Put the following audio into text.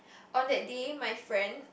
on that day my friend